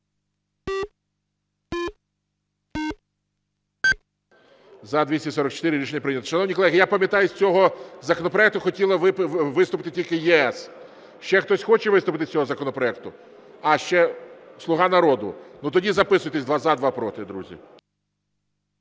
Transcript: За-244 Рішення прийнято. Шановні колеги, я пам'ятаю, з цього законопроекту хотіла виступити тільки "ЄС". Ще хтось хоче виступити з цього законопроекту? А, ще "Слуга народу". Ну, тоді записуйтесь: два – за, два – проти, друзі.